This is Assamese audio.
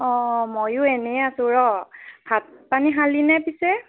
অঁ ময়ো এনেই আছোঁ ৰ' ভাত পানী খালিনে পিছে